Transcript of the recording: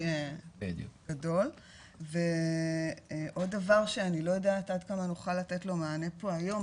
עוד דבר שאני לא יודעת עד כמה נוכל לתת לו מענה פה היום,